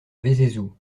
vézézoux